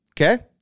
okay